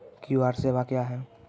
QR सेवा क्या हैं?